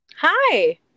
Hi